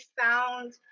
found